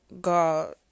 god